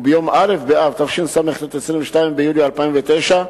וביום א' באב התשס"ט, 22 ביולי 2009,